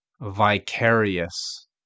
vicarious